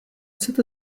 chcete